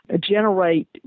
generate